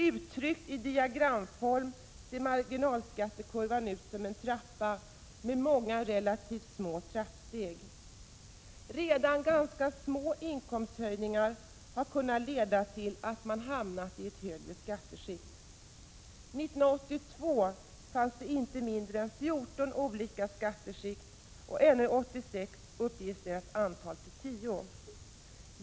Uttryckt i diagramform ser marginalskattekurvan ut som en trappa med många relativt små trappsteg. Redan ganska små inkomsthöjningar har kunnat leda till att man har hamnat i ett högre skatteskikt. 1982 fanns det inte mindre än 14 olika skatteskikt, och ännu 1986 uppgick deras antal till 10.